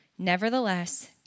Nevertheless